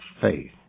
faith